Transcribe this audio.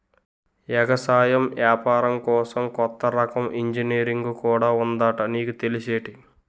ఎగసాయం ఏపారం కోసం కొత్త రకం ఇంజనీరుంగు కూడా ఉందట నీకు తెల్సేటి?